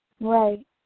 Right